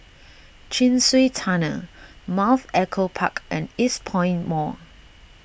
Chin Swee Tunnel Mount Echo Park and Eastpoint Mall